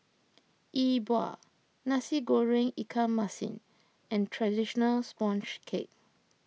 Yi Bua Nasi Goreng Ikan Masin and Traditional Sponge Cake